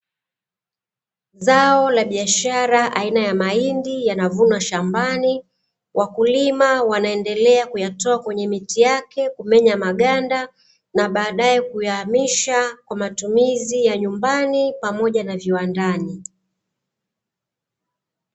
Zao la biashara aina ya mahindi yanalimwa shambani, wakulima wanaendelea kuyatoa kwenye miti yake na kumenya maganda na baadae kuyaamisha kwa matumizi ya nyumbani pamoja na viwandani.